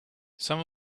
some